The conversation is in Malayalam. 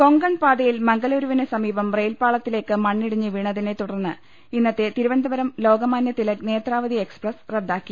കൊങ്കൺ പാതയിൽ മംഗലൂരുവിന് സമീപം റെയിൽപാളത്തി ലേക്ക് മണ്ണിടിഞ്ഞ് വീണതിനെ തുടർന്ന് ഇന്നത്തെ തിരുവനന്തപുരം ലോകമാനൃ തിലക് നേത്രാവതി എക്സ്പ്രസ് റദ്ദാക്കി